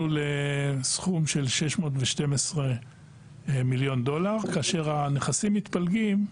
לסכום של 612 מיליון דולר כאשר הנכסים מתפלגים,